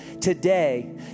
today